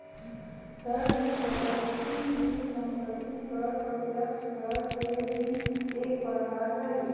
sir ने बतल खिन कि सम्पत्ति कर प्रत्यक्ष कर के ही एक प्रकार हई